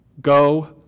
go